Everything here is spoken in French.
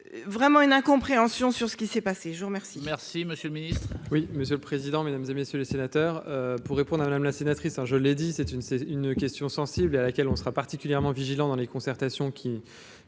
vraiment une incompréhension sur ce qui s'est passé le jour même. Merci, monsieur le Ministre. Oui, monsieur le président, Mesdames et messieurs les sénateurs, pour répondre à Madame la sénatrice, hein, je l'ai dit, c'est une, c'est une question sensible à laquelle on sera particulièrement vigilant dans les concertations qui